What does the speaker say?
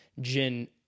Jin